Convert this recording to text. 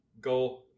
go